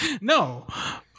No